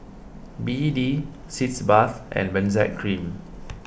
B A D Sitz Bath and Benzac Cream